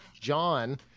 John